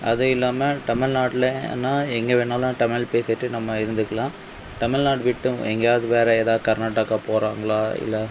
அதுவும் இல்லாமல் தமிழ்நாட்டில் ஆனால் எங்கே வேணாலும் தமிழ் பேசிகிட்டு நம்ம இருந்துக்கலாம் தமிழ்நாடு விட்டும் எங்கேயாவது வேற எதாவது கர்நாடகா போகிறாங்களா